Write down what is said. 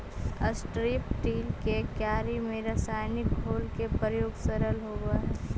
strip till के क्यारि में रसायनिक घोल के प्रयोग सरल होवऽ हई